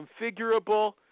configurable